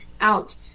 out